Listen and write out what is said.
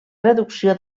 reducció